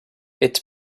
its